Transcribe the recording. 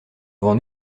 devant